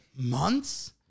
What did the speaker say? Months